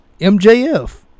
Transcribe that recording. MJF